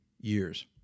years